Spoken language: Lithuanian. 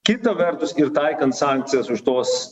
kita vertus ir taikant sankcijas už tuos